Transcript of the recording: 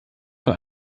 von